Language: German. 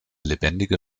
lebendige